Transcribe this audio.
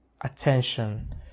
attention